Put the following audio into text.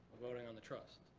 voting on the trust.